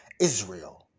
Israel